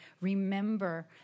Remember